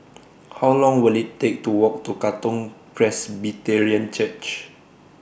How Long Will IT Take to Walk to Katong Presbyterian Church